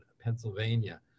Pennsylvania